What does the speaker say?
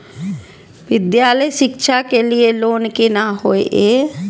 विद्यालय शिक्षा के लिय लोन केना होय ये?